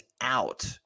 out